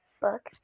book